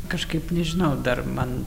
kažkaip nežinau dar man